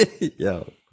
Yo